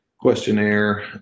questionnaire